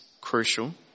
crucial